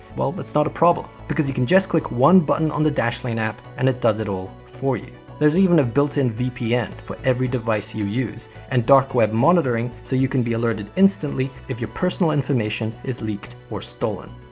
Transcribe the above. well, but it's not a problem. because you can just click one button on the dashlane app and it does it all for you. there's even a built in vpn for every device you use and dark web monitoring so you can be alerted instantly if your personal information is leaked or stolen.